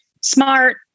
smart